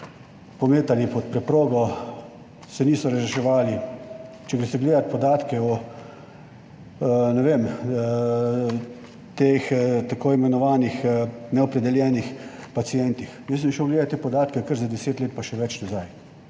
pometali pod preprogo se niso reševali. Če greste gledati podatke o, ne vem, teh tako imenovanih neopredeljenih pacientih, jaz sem šel gledati te podatke kar za 10 let, pa še več nazaj,